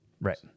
Right